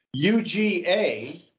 UGA